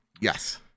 Yes